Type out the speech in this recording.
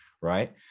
right